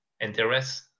interest